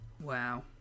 Wow